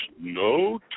no